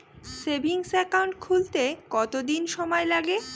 Savings account খুলতে কতদিন সময় লাগে?